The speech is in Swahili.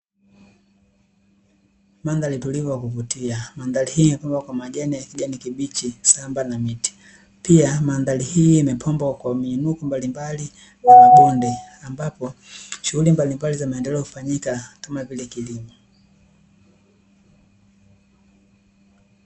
Mandhari tulivu ya kuvutia, madhari hii majani kibichi samba na miti pia, mandharihii imepangwa kwa miinuko mbali mbali wanabonde ambapo shughuli mbalimbali za maendeleo kufanyika kama vile kilimo.